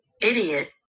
Idiot